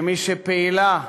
כמי שפעילה,